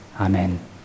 Amen